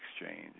exchange